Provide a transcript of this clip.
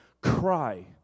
cry